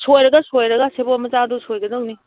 ꯁꯣꯏꯔꯒ ꯁꯣꯏꯔꯒ ꯁꯦꯕꯣꯠ ꯃꯆꯥꯗꯣ ꯁꯣꯏꯒꯗꯧꯅꯤ